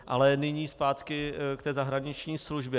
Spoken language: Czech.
Ale nyní zpátky k té zahraniční službě.